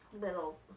little